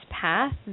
path